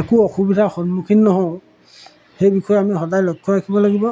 একো অসুবিধাৰ সন্মুখীন নহওঁ সেই বিষয়ে আমি সদায় লক্ষ্য ৰাখিব লাগিব